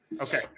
Okay